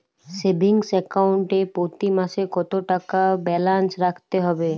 Savings account এ প্রতি মাসে কতো টাকা ব্যালান্স রাখতে হবে?